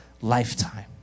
lifetime